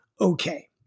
okay